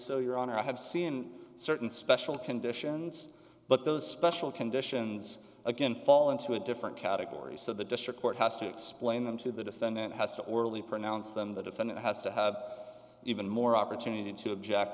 so your honor i have seen certain special conditions but those special conditions again fall into a different category so the district court has to explain them to the defendant has to orally pronounce them the defendant has to have even more opportunity to object